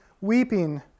weeping